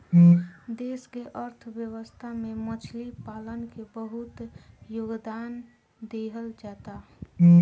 देश के अर्थव्यवस्था में मछली पालन के बहुत योगदान दीहल जाता